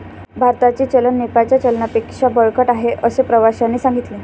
भारताचे चलन नेपाळच्या चलनापेक्षा बळकट आहे, असे प्रवाश्याने सांगितले